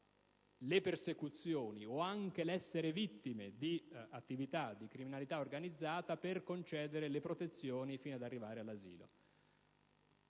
le persecuzioni o anche l'essere vittime di attività di criminalità organizzata per concedere le protezioni, fino ad arrivare all'asilo.